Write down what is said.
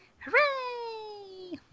Hooray